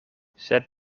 sed